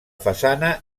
façana